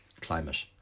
climate